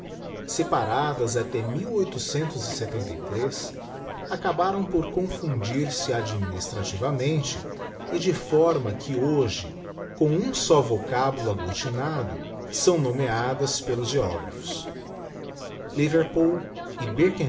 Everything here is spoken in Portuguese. era a e acabaram por confiindir se administrativamente e de forma que hoje com um só vocábulo agglutinado são nomeadas pelos geographos liverpool